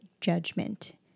judgment